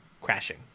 crashing